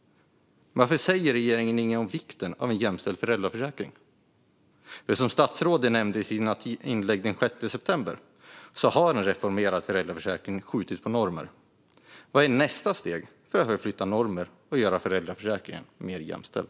Varför säger regeringen ingenting om vikten av en jämställd föräldraförsäkring? Som statsrådet nämnde i sina inlägg den 6 december har en reformerad föräldraförsäkring skjutit på normer. Vad är nästa steg för att förflytta normer och göra föräldraförsäkringen mer jämställd?